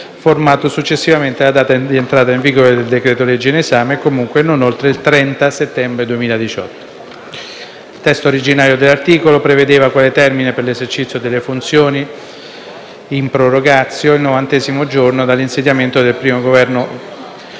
formato successivamente alla data di entrata in vigore del decreto-legge in esame e comunque non oltre il 30 settembre 2018. Il testo originario dell'articolo prevedeva, quale termine per l'esercizio delle funzioni in *prorogatio*, il novantesimo giorno dall'insediamento del primo Governo